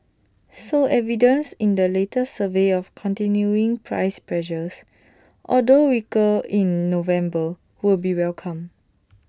so evidence in the latest survey of continuing price pressures although weaker in November will be welcomed